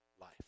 life